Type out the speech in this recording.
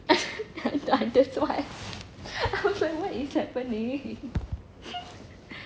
that's why I was like what is happening